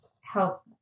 help